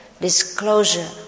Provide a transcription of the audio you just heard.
disclosure